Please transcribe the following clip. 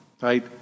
right